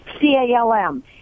C-A-L-M